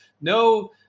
No